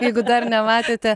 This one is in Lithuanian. jeigu dar nematėte